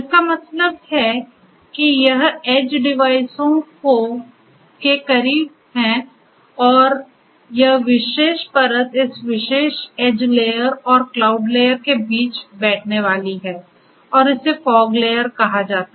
इसका मतलब है कि यह एज डिवाइसों के करीब है और यह विशेष परत इस विशेष एज लेयर और क्लाउड लेयर के बीच बैठने वाली है और इसे फॉग लेयर कहा जाता है